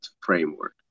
framework